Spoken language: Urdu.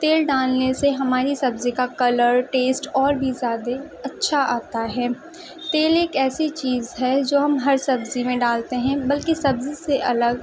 تیل ڈالنے سے ہماری سبزی کا کلر ٹیسٹ اور بھی زیادہ اچھا آتا ہے تیل ایک ایسی چیز ہے جو ہم ہر سبزی میں ڈالتے ہیں بلکہ سبزی سے الگ